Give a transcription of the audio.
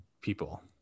people